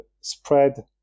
spread